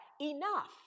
enough